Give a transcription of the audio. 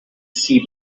see